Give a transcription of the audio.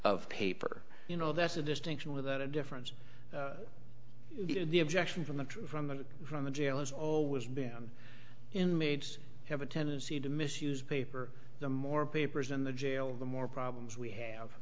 of paper you know that's a distinction without a difference the objection from the from the from the jail has always been inmates have a tendency to misuse paper the more papers in the jail the more problems we have